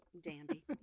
dandy